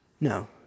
no